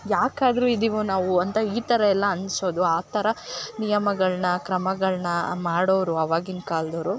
ಯಾಕಾದರೂ ಇದಿವೋ ನಾವು ಅಂತ ಈ ಥರಯೆಲ್ಲ ಅನ್ಸೋದು ಆ ಥರ ನಿಯಮಗಳನ್ನ ಕ್ರಮಗಳನ್ನ ಮಾಡೋರು ಅವಾಗಿನ ಕಾಲ್ದವರು